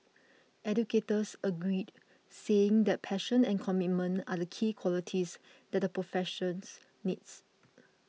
educators agreed saying that passion and commitment are the key qualities that the professions needs